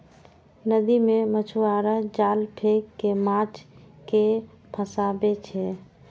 नदी मे मछुआरा जाल फेंक कें माछ कें फंसाबै छै